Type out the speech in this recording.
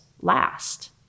last